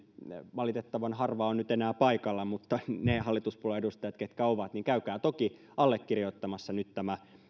valitettavan harva on nyt enää paikalla mutta ne hallituspuolueiden edustajat ketkä ovat niin käykää toki allekirjoittamassa nyt tämä